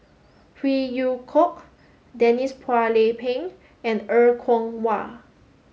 Phey Yew Kok Denise Phua Lay Peng and Er Kwong Wah